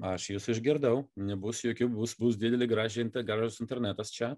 aš jus išgirdau nebus jokių bus bus didelį grąžintas geras internetas čia